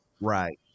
Right